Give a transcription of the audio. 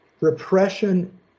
Repression